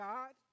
God